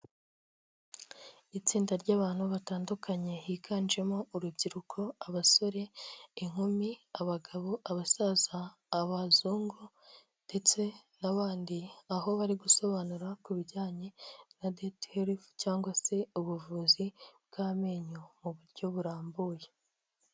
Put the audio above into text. Itsinda ry'abantu batandukanye, higanjemo urubyiruko, abasore, inkumi, abagabo, abasaza abazungu ndetse n'abandi, aho bari gusobanura ku bijyanye na dento herifu cyangwa se ubuvuzi bw'amenyo mu buryo burambuye.